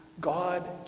God